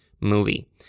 movie